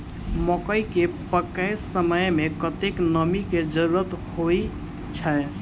मकई केँ पकै समय मे कतेक नमी केँ जरूरत होइ छै?